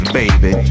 baby